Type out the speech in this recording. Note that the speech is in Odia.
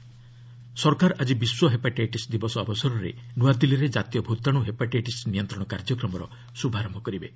ହେପାଟାଇଟିସ୍ ସରକାର ଆଜି ବିଶ୍ୱ ହେପାଟାଇଟିସ୍ ଦିବସ ଅବସରରେ ନ୍ତଆଦିଲ୍ଲୀରେ ଜାତୀୟ ଭ୍ତାଣ୍ର ହେପାଟାଇଟିସ୍ ନିୟନ୍ତ୍ରଣ କାର୍ଯ୍ୟକ୍ରମର ଶ୍ରଭାରନ୍ୟ କରିବେ